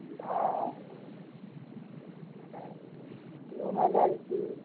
हँ घुमै ले आएल छी